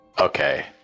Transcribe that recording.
Okay